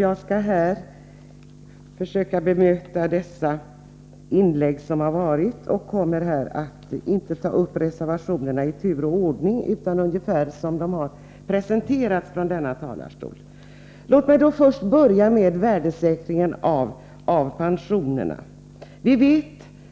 Jag skall försöka bemöta tidigare inlägg. Jag kommer inte att ta upp reservationerna i tur och ordning utan ungefärligen i den ordning som man i denna talarstol presenterat dem. Först och främst gäller det värdesäkringen av pensionerna. Vi vet